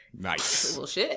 Nice